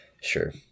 Sure